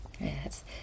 yes